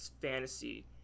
fantasy